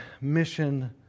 mission